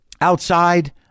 outside